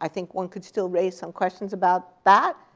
i think one could still raise some questions about that.